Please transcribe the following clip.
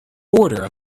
border